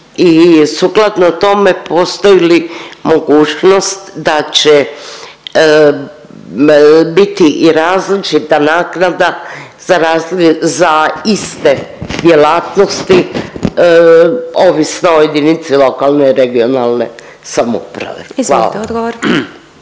i sukladno tome postoji li mogućnost da će biti i različita naknada za iste djelatnosti ovisno o jedinici lokalne i regionalne samouprave. Hvala. **Glasovac,